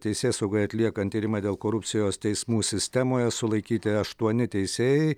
teisėsaugai atliekant tyrimą dėl korupcijos teismų sistemoje sulaikyti aštuoni teisėjai